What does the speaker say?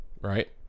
right